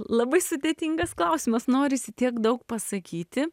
labai sudėtingas klausimas norisi tiek daug pasakyti